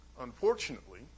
Unfortunately